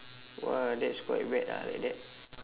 !wah! that's quite bad ah like that